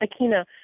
Akina